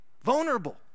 vulnerable